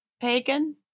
Pagan